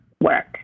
work